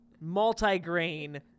multi-grain